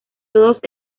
todos